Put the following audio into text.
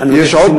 יש עוד